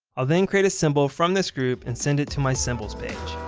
i'll then create a symbol from this group and send it to my symbols page.